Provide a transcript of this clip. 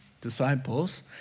disciples